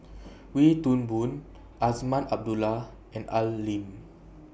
Wee Toon Boon Azman Abdullah and Ai Lim